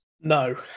No